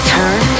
Turn